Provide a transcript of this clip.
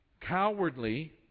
cowardly